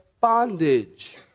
bondage